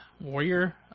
warrior